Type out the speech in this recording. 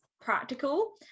practical